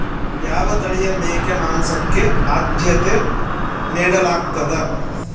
ಯಾವ ತಳಿಯ ಮೇಕೆ ಮಾಂಸಕ್ಕೆ, ಆದ್ಯತೆ ನೇಡಲಾಗ್ತದ?